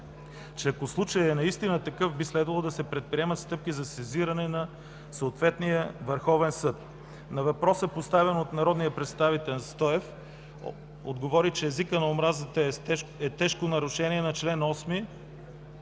че ако случаят наистина е такъв би следвало да се предприемат стъпки за сезиране на съответния върховен съд. На въпроса, поставен от народния представител Стоев, отговори, че езикът на омразата е тежко нарушение на чл. 8